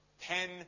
ten